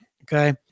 Okay